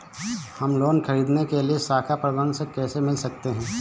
हम लोन ख़रीदने के लिए शाखा प्रबंधक से कैसे मिल सकते हैं?